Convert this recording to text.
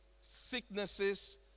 sicknesses